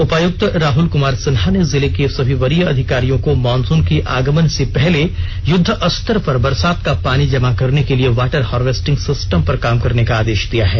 उपायुक्त राहुल कुमार सिन्हा ने जिले के सभी वरीय अधिकारियों को मॉनसून के आगमन से पहले युद्धस्तर पर बरसात का पानी जमा करने के लिए वाटर हार्वेस्टिंग सिस्टम पर काम करने का आदेश दिया है